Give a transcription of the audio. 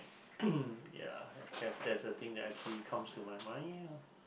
ya I guess that's the thing that actually comes to my mind ah